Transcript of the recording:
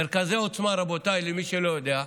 מרכזי עוצמה, רבותיי, למי שלא יודע,